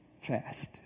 fast